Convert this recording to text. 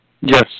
Yes